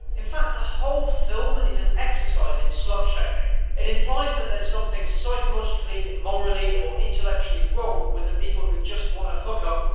in fact, the whole film is an exercise in slut-shaming. it implies that there's something psychologically, morally, or intellectually wrong with the people who just want to hook up,